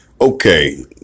okay